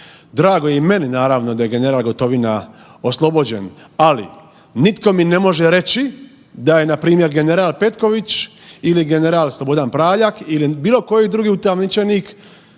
Drago je i meni naravno da je general Gotovina oslobođen, ali nitko mi ne može reći da je npr. general Petković ili general Slobodan Praljak ili bilo koji drugi utamničenik